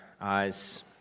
eyes